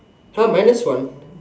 !huh! minus one